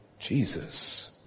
Jesus